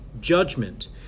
judgment